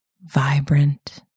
vibrant